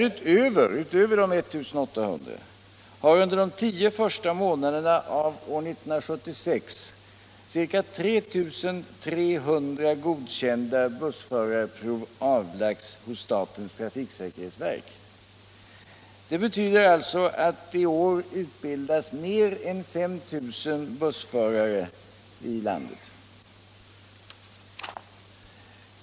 Utöver dessa 1 800 har under de tio första månaderna av 1976 ca 3 300 bussförarprov godkänts hos trafiksäkerhetsverket. Detta betyder att det i år utbildats mer än 5 000 bussförare i landet.